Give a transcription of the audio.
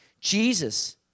Jesus